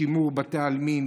שימור בתי העלמין.